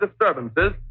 disturbances